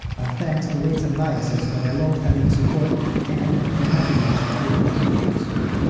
our thanks to weights and biases for their long-standing support and for helping us make better videos for you.